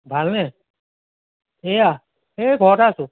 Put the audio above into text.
ভালনে এইয়া এই ঘৰতে আছোঁ